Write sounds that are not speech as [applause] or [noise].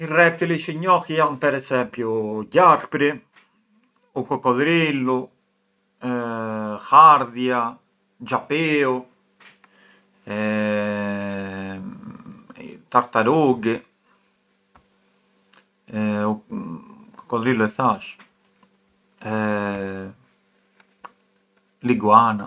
I rettili çë njoh jan per esempiu gjarpri, u kokodhrilu, hardhja, xhapiu, i tartarughi, [hesitation] u kokodhrilu e thash, [hesitation] l’iguana.